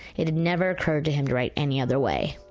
it had never occurred to him to write any other way.